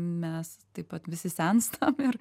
mes taip pat visi senstam ir